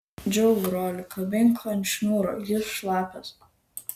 džiauk brolį kabink ant šniūro jis šlapias